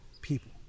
people